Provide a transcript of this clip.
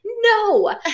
No